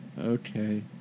Okay